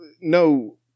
no